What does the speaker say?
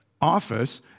office